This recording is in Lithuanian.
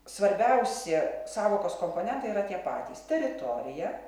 svarbiausi sąvokos komponentai yra tie patys teritorija